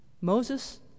Moses